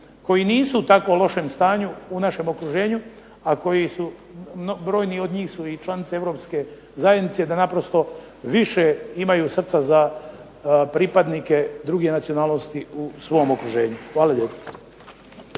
koji nisu u tako lošem stanju u našem okruženju, a koji su, brojni od njih su i članice Europske zajednice, da naprosto više imaju srca za pripadnike druge nacionalnosti u svom okruženju. Hvala lijepo.